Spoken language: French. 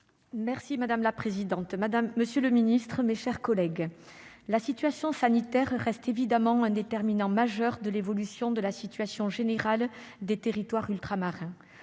Madame la présidente, monsieur le ministre, mes chers collègues, la situation sanitaire reste évidemment un déterminant majeur de l'évolution générale des territoires ultramarins.